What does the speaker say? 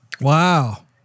Wow